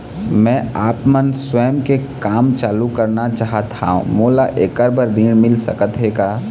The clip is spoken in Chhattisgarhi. मैं आपमन स्वयं के काम चालू करना चाहत हाव, मोला ऐकर बर ऋण मिल सकत हे का?